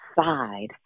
side